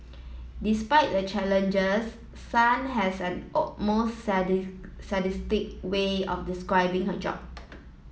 despite the challenges Sun has an almost sadistic way of describing her job